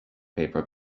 paper